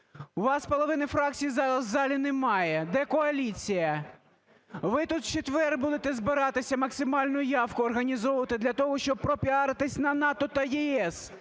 у вас половини фракції в залі немає. Де коаліція? Ви тут в четвер будете збиратися, максимальну явку організовувати, для того щоб пропіаритись на НАТО та ЄС.